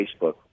Facebook